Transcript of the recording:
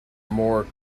more